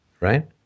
Right